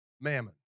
Mammon